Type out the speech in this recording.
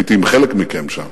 הייתי עם חלק מכם שם,